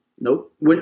Nope